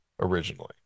originally